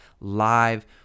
live